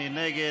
מי נגד?